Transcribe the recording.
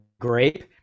grape